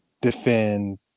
defend